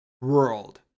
world